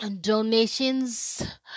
donations